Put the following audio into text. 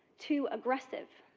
too aggressive,